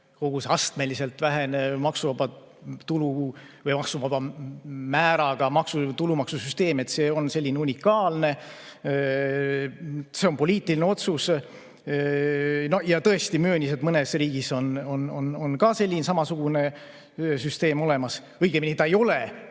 kogu see astmeliselt vähenev maksuvaba tulu või maksuvaba määraga tulumaksusüsteem on selline unikaalne. See on poliitiline otsus. Ta tõesti möönis, et mõnes riigis on selline samasugune süsteem olemas. Õigemini, ta ei ole